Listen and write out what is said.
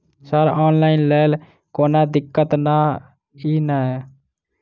Sir online लैल कोनो दिक्कत न ई नै?